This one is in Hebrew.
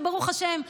שברוך השם,